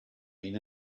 mean